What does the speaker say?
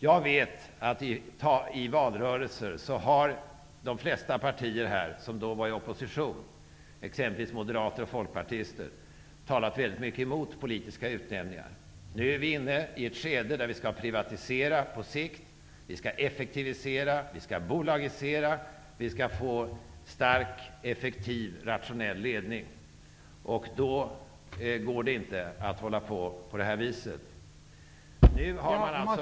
Jag vet att i tidigare valrörelser har representanter för de flesta partier här -- som då var i opposition, t.ex. moderater och folkpartister -- talat mycket emot politiska utnämningar. Nu är vi inne i ett skede där det skall ske privatiseringar på sikt, effektiviseringar, bolagiseringar och det skall bli en stark, effektiv och rationell ledning. Då går det inte att fortsätta på det här sättet. Nu har alltså...